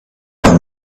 have